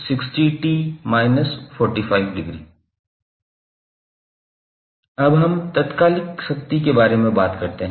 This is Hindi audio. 𝑖𝑡2cos60𝑡−45 अब हम तात्कालिक शक्ति के बारे में बात करते हैं